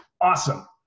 Awesome